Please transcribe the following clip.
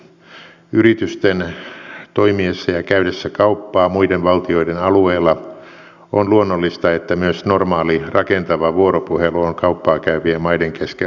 yritysten toimiessa ja käydessä kauppaa muiden valtioiden alueilla on luonnollista että myös normaali rakentava vuoropuhelu on kauppaa käyvien maiden kesken luontevaa